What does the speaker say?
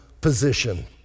position